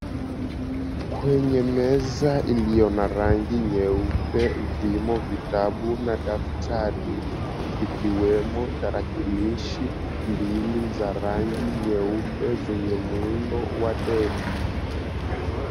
Kwenye meza iliyo na rangi nyeupe vimo vitabu na daftari ikiwemo tarakilishi mbili za rangi nyeupe zenye muundo wa Dell.